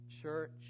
Church